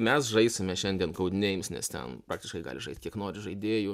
mes žaisime šiandien neims nes ten praktiškai gali žaisti kiek nori žaidėjų